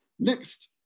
Next